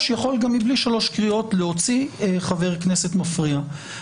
יכול גם בלי שלוש קריאות להוציא חבר כנסת מפריע.